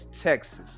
texas